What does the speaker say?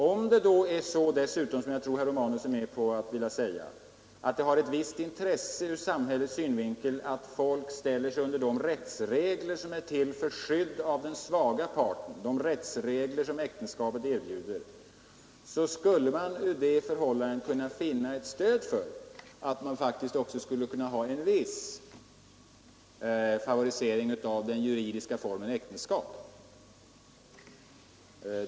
Om det dessutom är så, som jag tror herr Romanus är med på, att det har ett visst intresse ur samhällets synvinkel att folk ställer sig under de rättsregler som är till för skydd av den svaga parten, de rättsregler som äktenskapet erbjuder, skulle man ur det förhållandet kunna finna ett stöd för att man faktiskt också skulle kunna ha en viss favorisering av den juridiska formen äktenskap.